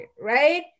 right